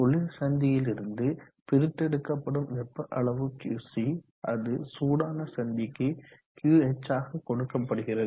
குளிர் சந்தியிலிருந்து பிரித்தெடுக்கப்படும் வெப்ப அளவு Qc அது சூடான சந்திக்கு QH ஆக கொடுக்கப்படுகிறது